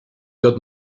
got